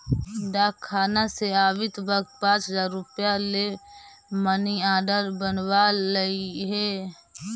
डाकखाना से आवित वक्त पाँच हजार रुपया ले मनी आर्डर बनवा लइहें